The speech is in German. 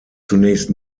zunächst